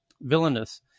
villainous